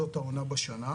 זאת העונה בשנה,